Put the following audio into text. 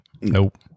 Nope